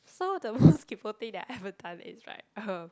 so the most kaypoh thing that I've ever done is like uh